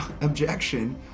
objection